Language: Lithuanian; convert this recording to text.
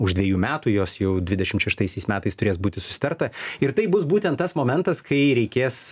už dvejų metų jos jau dvidešim šeštaisiais metais turės būti susitarta ir tai bus būtent tas momentas kai reikės